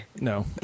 No